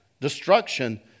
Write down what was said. destruction